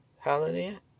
Hallelujah